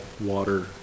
water